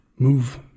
move